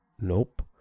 Nope